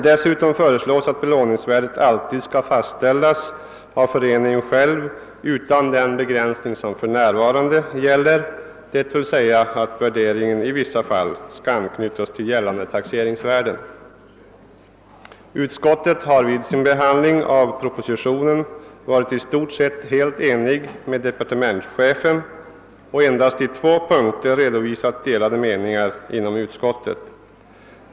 Dessutom föreslås att belåningsvärdet alltid skall fastställas av föreningen själv utan den begränsning som för närvarande gäller, d.v.s. att värderingen i vissa fall skall anknytas till gällande taxeringsvärde. Utskottet har vid sin behandling av propositionen varit i stort sett helt enigt med departementschefen och endast på två punkter redovisat delade meningar inom utskottet.